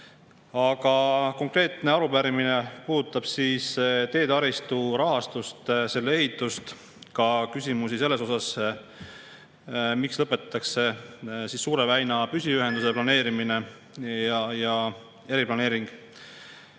Aga konkreetne arupärimine puudutab teetaristu rahastust, selle ehitust, ka küsimusi selle kohta, miks lõpetatakse Suure väina püsiühenduse planeerimine ja eriplaneering.